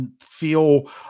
feel